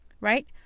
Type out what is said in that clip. Right